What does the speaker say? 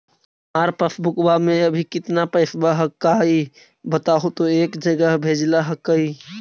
हमार पासबुकवा में अभी कितना पैसावा हक्काई बताहु तो एक जगह भेजेला हक्कई?